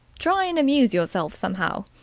try and amuse yourself somehow.